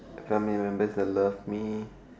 family members they love me